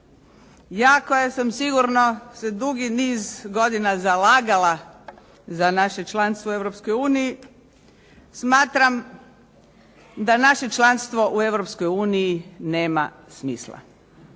ja koja sam sigurno se dugi niz godina zalagala za naše članstvo u Europskoj uniji smatram da naše članstvo u Europskoj